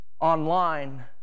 online